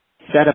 setup